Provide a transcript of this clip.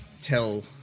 tell